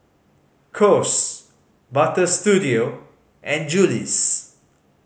Kose Butter Studio and Julie's